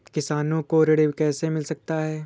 किसानों को ऋण कैसे मिल सकता है?